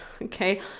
Okay